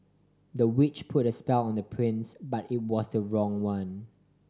the witch put a spell on the prince but it was the wrong one